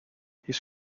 his